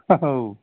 औ